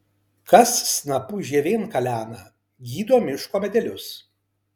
kas snapu žievėn kalena gydo miško medelius